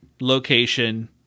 location